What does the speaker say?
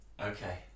Okay